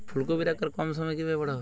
ফুলকপির আকার কম সময়ে কিভাবে বড় হবে?